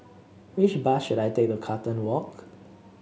which bus should I take to Carlton Walk